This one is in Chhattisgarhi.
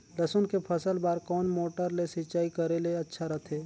लसुन के फसल बार कोन मोटर ले सिंचाई करे ले अच्छा रथे?